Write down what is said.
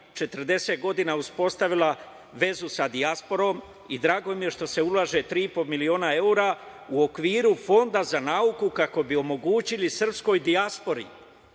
40 godina uspostavila vezu sa dijasporom i drago mi je što se ulaže 3,5 miliona evra u okviru Fonda za nauku, kako bi omogućili srpskoj dijaspori